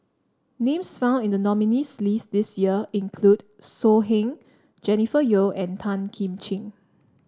names found in the nominees' list this year include So Heng Jennifer Yeo and Tan Kim Ching